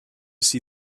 see